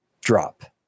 drop